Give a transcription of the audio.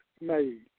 made